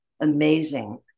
amazing